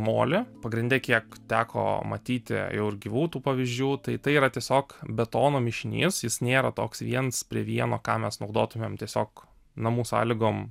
molį pagrinde kiek teko matyti jau ir gyvų tų pavyzdžių tai tai yra tiesiog betono mišinys jis nėra toks viens prie vieno ką mes naudotumėm tiesiog namų sąlygom